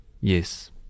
yes